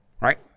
Right